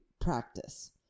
practice